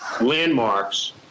landmarks